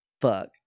Fuck